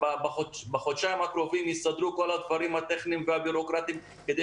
ובחודשיים הקרובים יסדרו את כל הדברים הטכניים והביורוקרטיים כדי